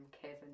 kevin